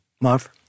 Marv